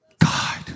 God